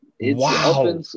Wow